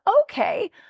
okay